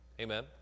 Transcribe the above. Amen